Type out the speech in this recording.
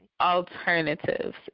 alternatives